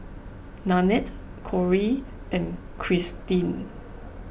Nanette Corey and Cristine